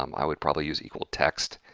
um i would probably use text,